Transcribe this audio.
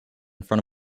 front